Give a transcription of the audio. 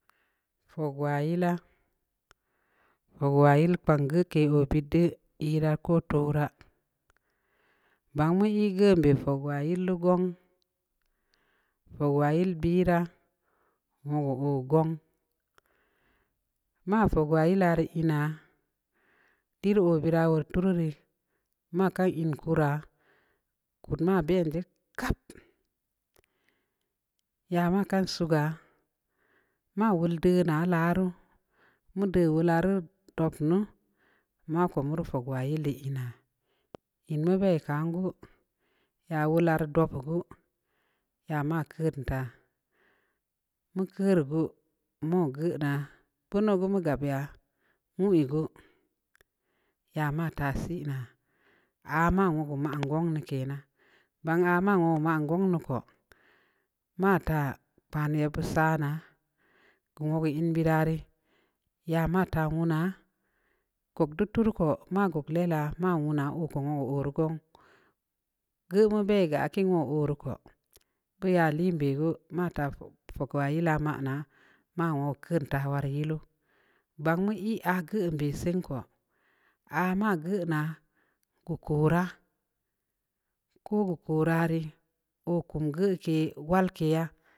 Fog waa ylaa, fog waa yil kpang geuke oo bid dii iraa, koo tooraa, baan mu nyi geun beh fogwaa yil di gong, fogwaa yill biraa, wogu oo gong, maafogwaa yil ah rii yinaa, liri oo beuraa woreu tu ruu rii, maa kan in kuraa, kud maa ben jeh kap, ya maa kan sugaa, maa wol deuna laa ruu, mu deu wolaa rii dob ruu, maa ko mu rii fodwaa yill dii inaa, in mu bei kan gu, aah wola rii don yi gu, ya maa keudn taa, mu keurii geu, mau geuhnaa, beuno geu mu gab ya nwui geu, ya ma taa siinaa, aah maa wogu maan gong di kenan, baan aah maan wogu man gong di ko, maa taa kpan yebbeud saa naaa, geu wogu in beuraa re, ya ma taa wuna, gog deu turuu koo, maa gog lella maa gog wunaa, oo koo wogu oo rii gong. geuh mu bei geu aah kiin wogu oo rii koo, beu yai llin beh geuma taah fogwaa yilaa maa naa, maa wogu keud taa wora yilu, baan mu yi aah geun be sen ko, aah maa geunaa, keu koraa, ko geu koraa rii ko oo keum geu walkeyaa